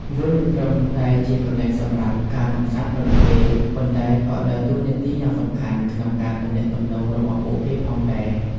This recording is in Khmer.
វាមិនត្រឹមតែជាកន្លែងសម្រាប់ការកម្សាន្តប៉ុណ្ណោះទេ ប៉ុន្តែក៏ដើរតួនាទីយ៉ាងសំខាន់ក្នុងការទំនាក់ទំនងរបស់ពួកគេផងដែរ។